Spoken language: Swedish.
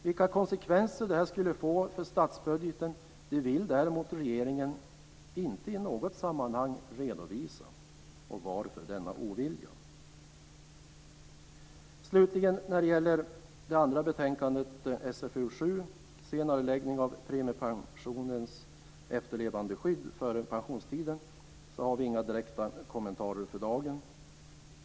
Vilka konsekvenser detta skulle få för statsbudgeten vill regeringen inte i något sammanhang redovisa. Varför denna ovilja? När det gäller betänkandet SfU:7 Senareläggning av premiepensionens efterlevandeskydd före pensionstiden har vi för dagen inga kommentarer.